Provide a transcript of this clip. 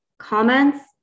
comments